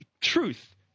truth